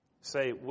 say